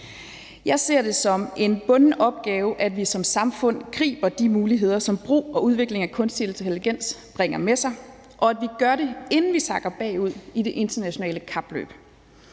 Jeg ser det som en bunden opgave, at vi som samfund griber de muligheder, som brug og udvikling af kunstig intelligens bringer med sig, og at vi gør det, inden vi sakker bagud i det internationale kapløb.